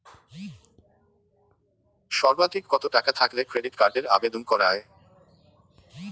সর্বাধিক কত টাকা থাকলে ক্রেডিট কার্ডের আবেদন করা য়ায়?